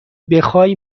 بخای